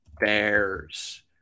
Bears